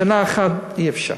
משנה אחת, אי-אפשר.